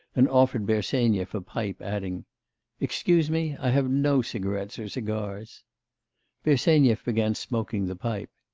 and offered bersenyev a pipe, adding excuse me, i have no cigarettes or cigars bersenyev began smoking the pipe.